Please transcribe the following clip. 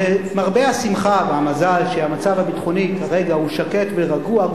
למרבה השמחה והמזל שהמצב הביטחוני כרגע הוא שקט ורגוע,